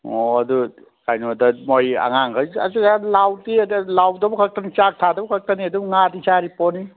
ꯑꯣ ꯑꯗꯣ ꯀꯩꯅꯣꯗ ꯃꯣꯏ ꯑꯉꯥꯡꯒꯩ ꯑꯁꯤꯗ ꯂꯥꯎꯗꯕ ꯈꯛꯇꯅꯤ ꯆꯥꯛ ꯊꯥꯗꯕ ꯈꯛꯇꯅꯤ ꯉꯥ ꯑꯗꯨꯝ ꯉꯥꯗꯤ ꯆꯥꯔꯤꯄꯣꯠꯅꯤ